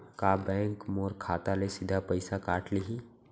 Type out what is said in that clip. का बैंक मोर खाता ले सीधा पइसा काट लिही?